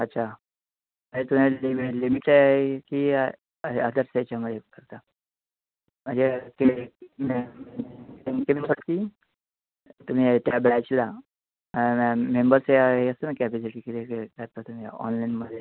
अच्छा नेहमीचा आहे की अच्छा फक्त म्हणजे की तुम्ही त्या बॅचला ह्या मेंबर्सची असते ना कपॅसिटी किती असते ऑनलाईनमध्ये